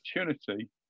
opportunity